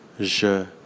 Je